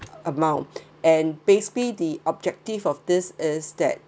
amount and based the objective of this is that